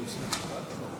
ניצולי השואה,